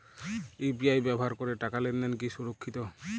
UPI ব্যবহার করে টাকা লেনদেন কি সুরক্ষিত?